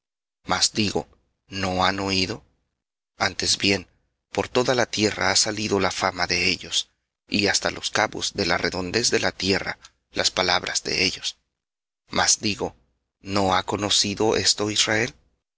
mas digo no han oído antes bien por toda la tierra ha salido la fama de ellos y hasta los cabos de la redondez de la tierra las palabras de ellos mas digo no ha conocido israel